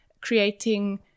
creating